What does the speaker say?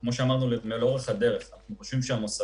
שאמרנו לאורך כל הדרך, אנחנו חושבים שהמוסדות